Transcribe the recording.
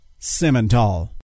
Simmental